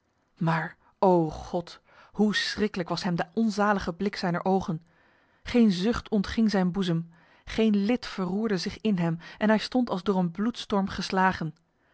maar o god hoe schriklijk was hem de onzalige blik zijner ogen geen zucht ontging zijn boezem geen lid verroerde zich in hem en hij stond als door een bloedstorm geslagen